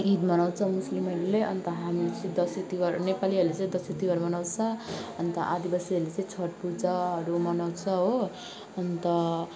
ईद मनाउँछ मुस्लिमहरूले अन्त हामी चाहिँ दसैँ तिहार नेपालीहरूले चाहिँ दसैँ तिहार मनाउँछ अन्त आदिवासीहरूले चाहिँ छठपूजाहरू मनाउँछ हो अन्त